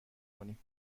کنیم